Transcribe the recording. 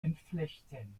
entflechten